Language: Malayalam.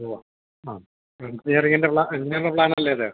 ഉവ്വ് ആ എന്ജിനീയറിങ്ങിന്റെ എന്ജിനീയറുടെ പ്ലാനല്ലേ അത്